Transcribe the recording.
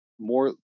more